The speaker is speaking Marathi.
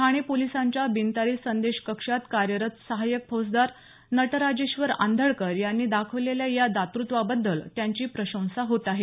ठाणे पोलिसांच्या बिनतारी संदेश कक्षात कार्यरत सहायक फौजदार नटराजेश्वर आंधळकर यांनी दाखवलेल्या या दातृत्त्वाबद्दल त्यांची प्रशंसा होत आहे